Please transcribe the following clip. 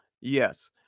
Yes